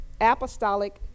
apostolic